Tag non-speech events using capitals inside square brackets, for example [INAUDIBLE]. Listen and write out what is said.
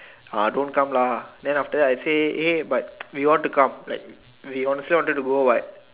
ah don't come lah then after that I say hey but [NOISE] we want to come like we honestly wanted to go but